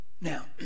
now